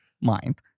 mind